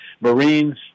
Marines